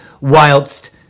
whilst